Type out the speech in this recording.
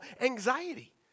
anxiety